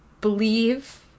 believe